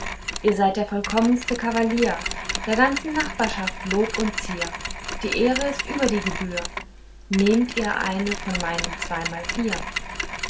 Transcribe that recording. ihr seid der vollkommenste kavalier der ganzen nachbarschaft lob und zier die ehre ist über die gebühr nehmt ihr eine von meinen zweimal vier